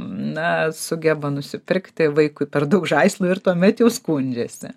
na sugeba nusipirkti vaikui per daug žaislų ir tuomet jau skundžiasi